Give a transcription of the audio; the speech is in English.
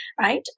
right